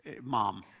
Mom